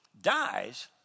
dies